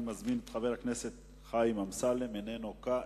אני מזמין את חבר הכנסת חיים אמסלם, איננו נוכח.